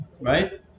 Right